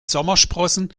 sommersprossen